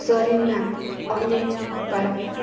શરીરનાં અનેક આ